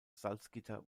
salzgitter